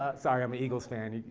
ah sorry, i'm an eagles fan.